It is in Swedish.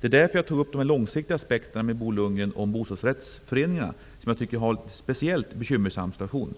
Det var därför jag tog upp de långsiktiga aspekterna för bostadsrättsföreningarna, som har en speciellt bekymmersam situation.